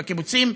בקיבוצים,